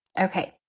Okay